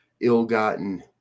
ill-gotten